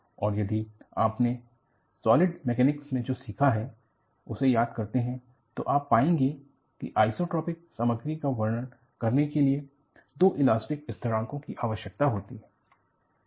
और यदि आपने सॉलिड मैकेनिक्स में जो सीखा है उसे याद करते हैं तो आप पाएंगे कि आइसोट्रॉपिक सामग्री का वर्णन करने के लिए दो इलास्टिक स्थिरांक की आवश्यकता होती है